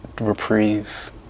reprieve